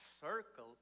circle